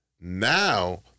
now